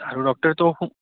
doctor તો હું